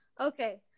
Okay